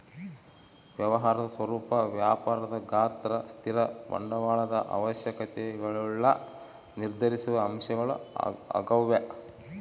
ವ್ಯವಹಾರದ ಸ್ವರೂಪ ವ್ಯಾಪಾರದ ಗಾತ್ರ ಸ್ಥಿರ ಬಂಡವಾಳದ ಅವಶ್ಯಕತೆಗುಳ್ನ ನಿರ್ಧರಿಸುವ ಅಂಶಗಳು ಆಗ್ಯವ